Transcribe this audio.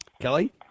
Kelly